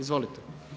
Izvolite.